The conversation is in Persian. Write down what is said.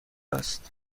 است